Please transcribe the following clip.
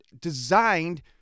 designed